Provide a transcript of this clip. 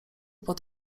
pod